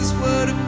word.